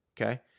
okay